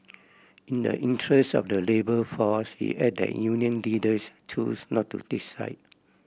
in the interest of the labour force he added that union leaders chose not to take side